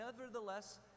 nevertheless